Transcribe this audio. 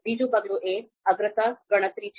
બીજું પગલું એ અગ્રતા ગણતરી છે